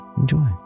Enjoy